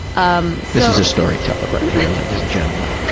um this is the storyteller right there ladies and gentlemen.